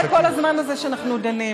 אבל תראה את כל הזמן הזה שאנחנו דנים,